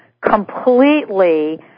completely